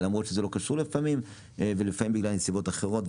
למרות שזה לא קשור לפעמים ולפעמים בגלל נסיבות אחרות.